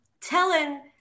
telling